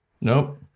Nope